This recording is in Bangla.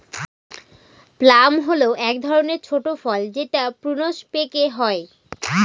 প্লাম হল এক ধরনের ছোট ফল যেটা প্রুনস পেকে হয়